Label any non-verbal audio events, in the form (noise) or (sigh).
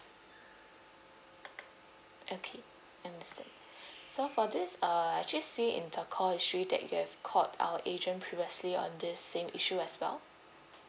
okay understand (breath) so for this uh I just see in the call history that you have called our agent previously on this same issue as well